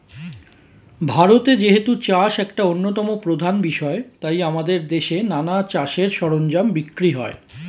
ভারতে যেহেতু চাষ একটা অন্যতম প্রধান বিষয় তাই আমাদের দেশে নানা চাষের সরঞ্জাম বিক্রি হয়